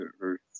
Earth